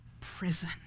prison